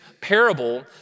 parable